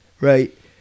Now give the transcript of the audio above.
right